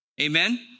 Amen